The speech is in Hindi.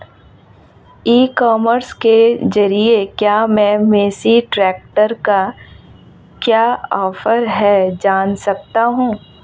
ई कॉमर्स के ज़रिए क्या मैं मेसी ट्रैक्टर का क्या ऑफर है जान सकता हूँ?